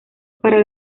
para